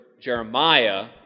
Jeremiah